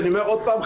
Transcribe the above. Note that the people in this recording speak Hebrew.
אני אומר עוד פעם,